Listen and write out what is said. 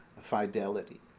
fidelity